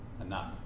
enough